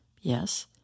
Yes